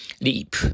leap